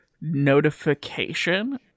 notification